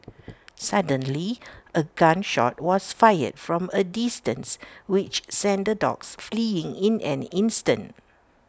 suddenly A gun shot was fired from A distance which sent the dogs fleeing in an instant